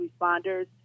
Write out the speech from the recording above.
responders